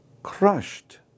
crushed